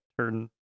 turn